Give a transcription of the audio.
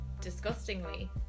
disgustingly